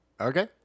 Okay